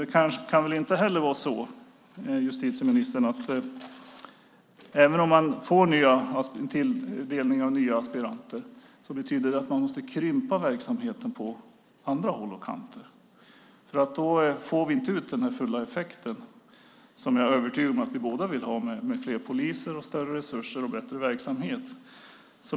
Det kan väl inte heller vara så, justitieministern, att om man får en tilldelning av nya aspiranter betyder det att man måste krympa verksamheten på andra håll och kanter? Då får vi inte ut den fulla effekten, som jag är övertygad om att vi båda vill ha, med fler poliser, större resurser och bättre verksamhet.